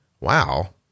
wow